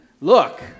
look